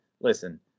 listen